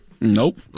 Nope